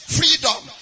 freedom